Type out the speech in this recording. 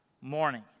morning